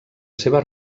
seva